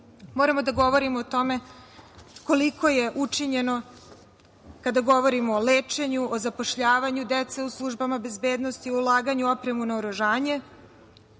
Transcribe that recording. Moramo da govorimo o tome koliko je učinjeno kada govorimo o lečenju, o zapošljavanju dece u službama bezbednosti, u ulaganje u opremu i naoružanje